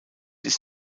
ist